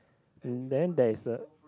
and then there is a